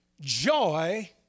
Joy